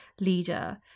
leader